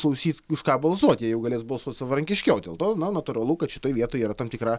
klausyt už ką balsuoti jie jau galės balsuot savarankiškiau dėl to na natūralu kad šitoj vietoj yra tam tikra